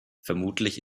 vermutlich